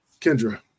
Kendra